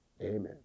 Amen